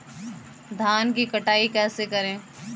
धान की कटाई कैसे करें?